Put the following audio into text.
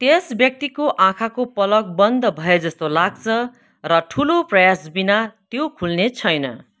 त्यस व्यक्तिको आँखाको पलक बन्द भएजस्तो लाग्छ र ठुलो प्रयासविना त्यो खुल्नेछैन